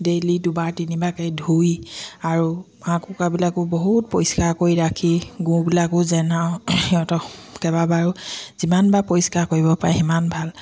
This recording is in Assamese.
ডেইলি দুবাৰ তিনিবাৰকৈ ধুই আৰু হাঁহ কুকুৰাবিলাকো বহুত পৰিষ্কাৰ কৰি ৰাখি গুবিলাকো যেন আৰু সিহঁতক কেইবাবাৰো যিমানবাৰ পৰিষ্কাৰ কৰিব পাৰে সিমান ভাল